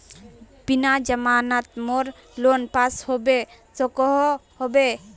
बिना जमानत मोर लोन पास होबे सकोहो होबे?